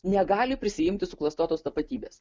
negali prisiimti suklastotos tapatybės